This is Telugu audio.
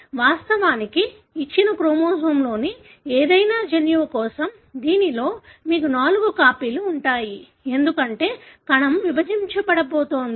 వాస్తవానికి ఇచ్చిన క్రోమోజోమ్లోని ఏదైనా జన్యువు కోసం దీనిలో మీకు నాలుగు కాపీలు ఉంటాయి ఎందుకంటే కణం విభజించబడబోతోంది